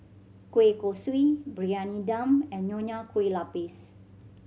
kueh kosui Briyani Dum and Nonya Kueh Lapis